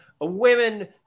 Women